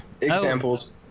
examples